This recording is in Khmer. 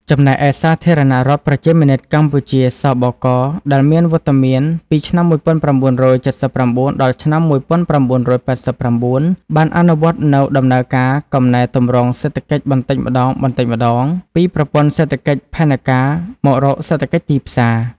ចំណែកឯសាធារណរដ្ឋប្រជាមានិតកម្ពុជា ស.ប.ក.ដែលមានវត្តមានពីឆ្នាំ ១៩៧៩ ដល់ឆ្នាំ ១៩៨៩ បានអនុវត្តនូវដំណើរការកំណែទម្រង់សេដ្ឋកិច្ចបន្តិចម្ដងៗពីប្រព័ន្ធសេដ្ឋកិច្ចផែនការមករកសេដ្ឋកិច្ចទីផ្សារ។